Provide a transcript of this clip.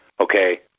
okay